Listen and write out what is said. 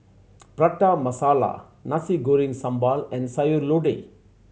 Prata Masala Nasi Goreng Sambal and Sayur Lodeh